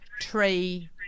tree